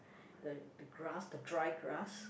the grass the dry grass